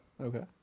okay